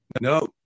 No